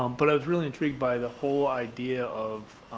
um but i've really intrigued by the whole idea of